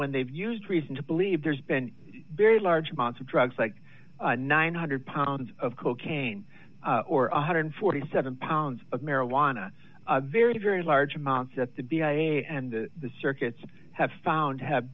when they've used reason to believe there's been very large amounts of drugs like nine hundred pounds of cocaine or one hundred and forty seven pounds of marijuana very very large amounts that the b i and the circuits have found to have